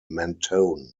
mentone